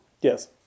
Yes